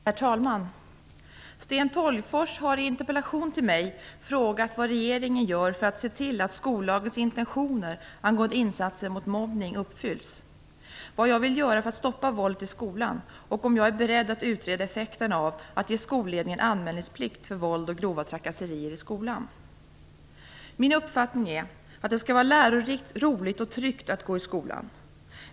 Herr talman! Sten Tolgfors har i en interpellation frågat mig vad regeringen gör för att se till att skollagens intentioner angående insatser mot mobbning uppfylls, vad jag vill göra för att stoppa våldet i skolan och om jag är beredd att utreda effekterna av att ge skolledningen anmälningsplikt för våld och grova trakasserier i skolan. Min uppfattning är att det skall vara lärorikt, roligt och tryggt att gå i skolan.